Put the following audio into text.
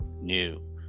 new